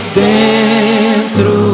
dentro